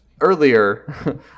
earlier